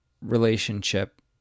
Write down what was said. relationship